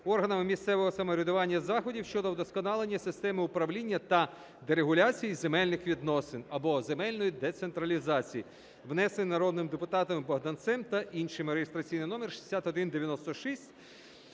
органами місцевого самоврядування заходів щодо вдосконалення системи управління та дерегуляції земельних відносин (або земельної децентралізації), внесений народним депутатом Богданцем та іншими (реєстраційний номер 6196).